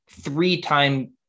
three-time